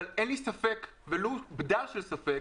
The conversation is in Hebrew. אבל אין לי ספק ולו בדל של ספק,